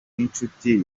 w’inshuti